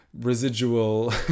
residual